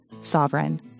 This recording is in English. Sovereign